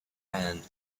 and